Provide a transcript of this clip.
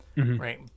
right